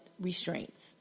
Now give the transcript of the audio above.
restraints